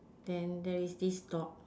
then there is this dog